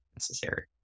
necessary